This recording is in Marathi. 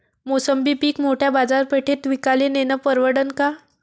मोसंबी पीक मोठ्या बाजारपेठेत विकाले नेनं परवडन का?